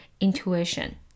intuition